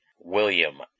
William